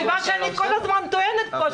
זה מה שאני כל הזמן טוענת פה,